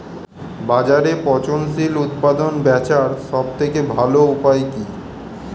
বাজারে পচনশীল উৎপাদন বেচার সবথেকে ভালো উপায় কি?